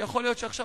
ויכול להיות שעכשיו,